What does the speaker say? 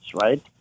right